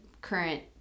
current